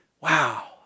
Wow